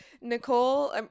Nicole